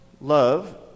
love